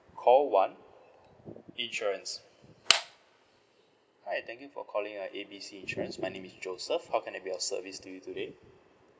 call one insurance hi thank you for calling uh A B C insurance my name is joseph how can be your service to you today